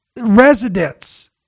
residents